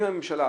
אם הממשלה,